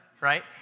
right